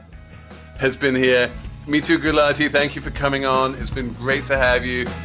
has been here me too, gulati. thank you for coming on. it's been great to have you.